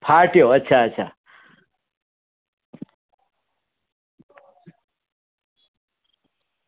ફાટ્યો અચ્છા અચ્છા